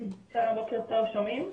בוקר טוב, שומעים?